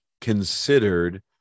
considered